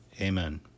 Amen